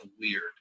weird